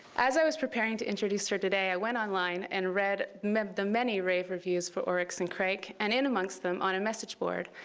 as i was preparing to introduce her today, i went online and read the many rave reviews for oryx and crake. and in amongst them on a message board,